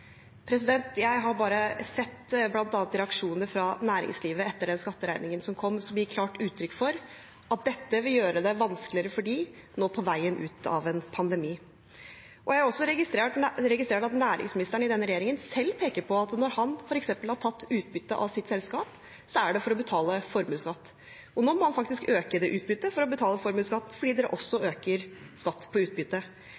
Jeg har bare sett reaksjonene bl.a. fra næringslivet etter den skatteregningen som kom, som gir klart uttrykk for at dette vil gjøre det vanskeligere for dem nå på veien ut av en pandemi. Jeg har også registrert at næringsministeren i denne regjeringen selv peker på at når han f.eks. har tatt ut utbytte av sitt selskap, er det for å betale formuesskatt. Nå må han faktisk øke det utbyttet for å betale formuesskatt fordi man også